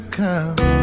come